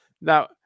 now